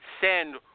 send